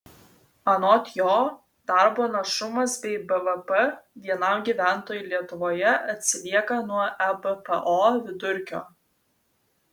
anot jo darbo našumas bei bvp vienam gyventojui lietuvoje atsilieka nuo ebpo vidurkio